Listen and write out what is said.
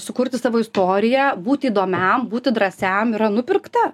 sukurti savo istoriją būti įdomiam būti drąsiam yra nupirkta